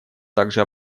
также